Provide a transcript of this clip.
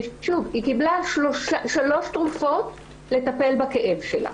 ושוב, היא קיבלה שלוש תרופות לטפל בכאב שלה.